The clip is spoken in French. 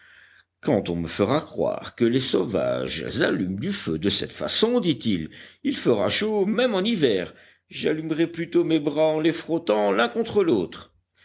quand on me fera croire que les sauvages allument du feu de cette façon dit-il il fera chaud même en hiver j'allumerais plutôt mes bras en les frottant l'un contre l'autre